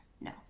No